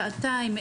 שעתיים,